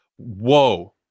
whoa